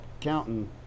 counting